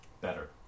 better